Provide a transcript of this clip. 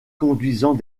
conduisant